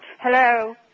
Hello